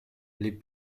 les